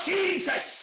Jesus